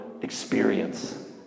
experience